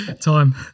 time